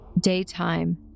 daytime